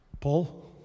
Paul